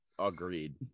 Agreed